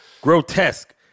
grotesque